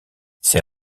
ses